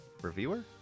reviewer